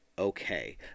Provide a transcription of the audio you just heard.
okay